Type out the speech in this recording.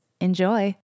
Enjoy